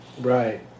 Right